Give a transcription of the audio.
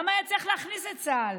למה היה צריך להכניס את צה"ל?